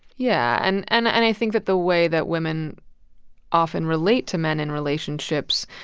yeah, and and and i think that the way that women often relate to men in relationships,